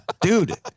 Dude